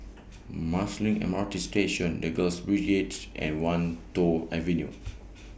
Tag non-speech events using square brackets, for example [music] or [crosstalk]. Marsiling M R T Station The Girls Brigades and Wan Tho Avenue [noise]